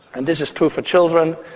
and this is true for children.